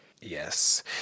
Yes